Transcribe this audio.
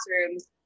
classrooms